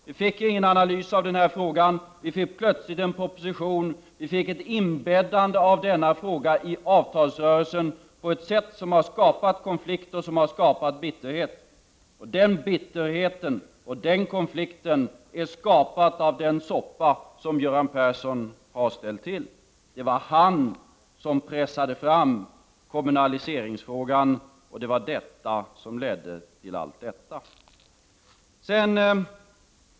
Vi fick ingen analys av den här frågan, vi fick plötsligt en proposition, vi fick ett inbäddande av denna fråga i avtalsrörelsen på ett sätt som har skapat konflikt och bitterhet. Den konfikten och den bitterheten har skapats av den soppa som Göran Persson har ställt till med. Det var han som pressade fram kommunaliseringsfrågan, och det var det som ledde till allt detta.